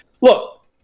Look